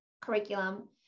curriculum